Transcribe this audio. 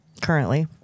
currently